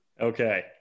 Okay